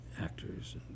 actors